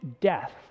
death